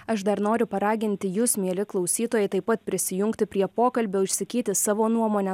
aš dar noriu paraginti jus mieli klausytojai taip pat prisijungti prie pokalbio išsakyti savo nuomonę